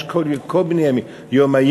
יש כל מיני ימים,